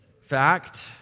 fact